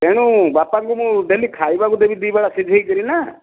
ତେଣୁ ବାପାଙ୍କୁ ମୁଁ ଡେଲି ଖାଇବାକୁ ଦେବି ଦୁଇ ବେଳା ସିଝେଇକରି ନା